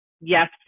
yes